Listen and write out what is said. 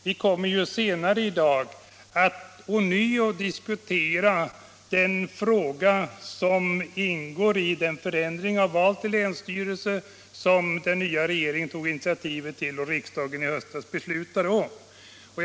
Vi kommer ju senare i dag att ånyo diskutera den fråga som ingår i den förändring av val till länsstyrelse som den nya regeringen tog initiativ till och som riksdagen i höstas beslutade om.